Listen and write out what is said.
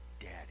daddy